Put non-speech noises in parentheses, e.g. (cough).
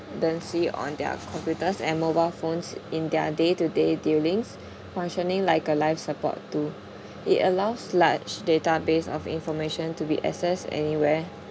on their computers and mobile phones in their day-to-day dealings (breath) functioning like a life support tool it allows large database of information to be accessed anywhere